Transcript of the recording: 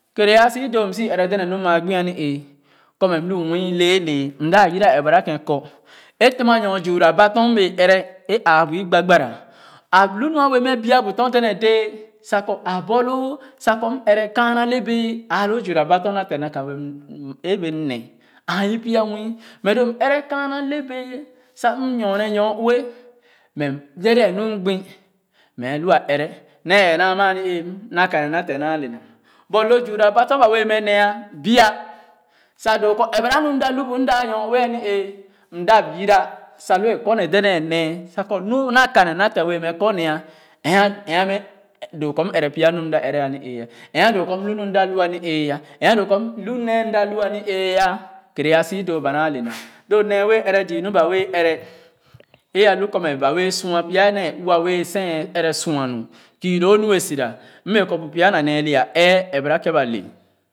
Kɛɛrɛ a si doo m si ɛrɛ dèdèn nu maa gbi a ni ee kɔ mɛ m lu muii lɛɛlɛɛ é tema nyor gbene zuwura ba tɔr i wɛɛ ɛrɛ é ããbu i gbagbara a lu nu a wɛɛ mɛ bia bu tɔr dèdèn dẽẽ sa kɔ a borloo sa kŋ m ɛrɛ kaana le bɛɛ aa loo zuwura ba tɔ na te- na ka wɛ m é bɛɛ m ne ãã i pya nwii m doo m ɛrɛ kaana le bɛɛ sa m nyore nyor-ue mɛ m dèdèn lu m gbi mɛ a lu a ɛrɛ ne ɛɛ naa ama a ni-ee na ka ne na te naa le na but lo zwura ba tɔr ba wɛɛ ne ah bia sa doo kɔ ɛrɛba nu m da lu bu m da nyor-ue éé m da yira sa lu a kɔ ne dèdèn nee sa kɔ nu na ka ne te wɛɛ mɛ kɔ nee ah eah eah mɛ doo kɔ m ɛrɛ pya nu m da ɛrɛ a ni-ee é doo kɔ m lu nu m da lua a ni-ee é doo kɔ m da m lu nee mda lu ani-ee kɛɛre a si a doo ba naa le na lo nee bee ɛrɛ zii nu ba wɛɛ ɛrɛ e a lu kɔ mɛ ba wɛɛ sua pya nee lua bee seghe ɛrɛ sua nh kii loo nu e sira m bee kɔ bu pya na le lɛɛ a ɛɛ ɛrɛba kèn ba le.